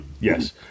Yes